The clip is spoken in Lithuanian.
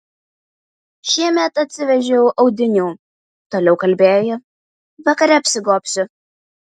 šiemet atsivežiau audinių toliau kalbėjo ji vakare apsigobsiu